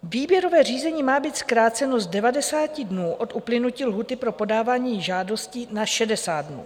Výběrové řízení má být zkráceno z 90 dnů od uplynutí lhůty pro podávání žádosti na 60 dnů.